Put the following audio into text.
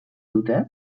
dute